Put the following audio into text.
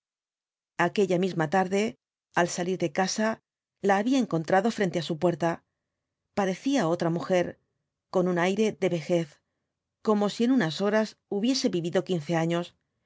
aquella misma tarde al salir de casa la había encontrado frente á su puerta parecía otra mujer con un aire de vejez como si en unas horas hubiese vivido quince años